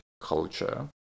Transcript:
culture